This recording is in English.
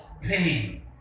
pain